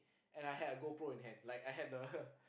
and I had a GoPro in hand like I had the